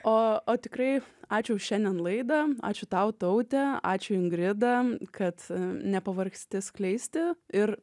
o tikrai ačiū už šiandien laidą ačiū tau taute ačiū ingrida kad nepavargsti skleisti ir